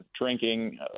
drinking